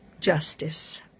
justice